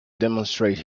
demonstrate